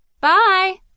Bye